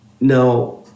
Now